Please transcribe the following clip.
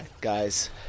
guys